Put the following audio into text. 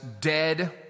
dead